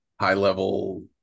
high-level